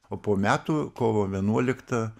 o po metų kovo vienuoliktą